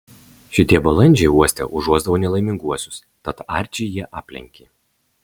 šitie balandžiai uoste užuosdavo nelaiminguosius tad arčį jie aplenkė